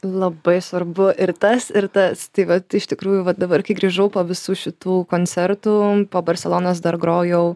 labai svarbu ir tas ir tas tai vat iš tikrųjų vat dabar kai grįžau po visų šitų koncertų po barselonos dar grojau